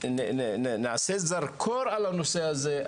ונשעה זרקור על הנושא הזה,